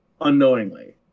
unknowingly